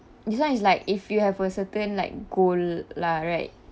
this one is like if you have a certain like goal lah right